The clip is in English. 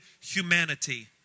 humanity